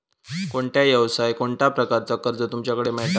कोणत्या यवसाय कोणत्या प्रकारचा कर्ज तुमच्याकडे मेलता?